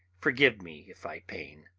forgive me if i pain.